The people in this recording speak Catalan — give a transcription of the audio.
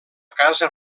casa